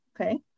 Okay